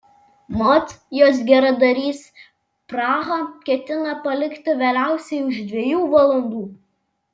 mat jos geradarys prahą ketina palikti vėliausiai už dviejų valandų